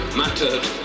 mattered